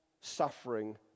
suffering